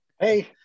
hey